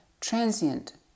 transient